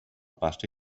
pasta